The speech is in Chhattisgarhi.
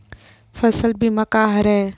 फसल बीमा का हरय?